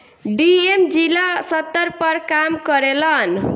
DM जिला स्तर पर काम करेलन